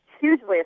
hugely